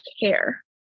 care